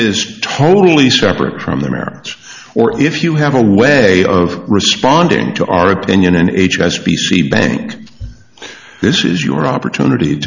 is totally separate from the merits or if you have a way of responding to our opinion in h s b c bank this is your opportunity